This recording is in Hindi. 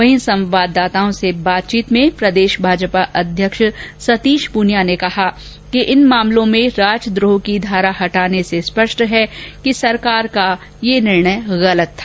वहीं संवाददाताओं से बातचीत में प्रदेश भाजपा अध्यक्ष सतीश पूनिया ने कहा कि इन मामलों में राजद्रोह की धारा हटाने से स्पष्ट है कि सरकार का ये निर्णय गलत था